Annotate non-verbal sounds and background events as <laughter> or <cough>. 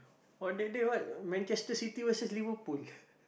oh that day what Manchester-City versus Liverpool <laughs>